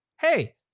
hey